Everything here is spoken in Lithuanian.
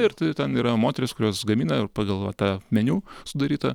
ir tai ten yra moterys kurios gamina ir pagal va tą meniu sudarytą